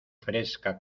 fresca